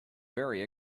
very